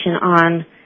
on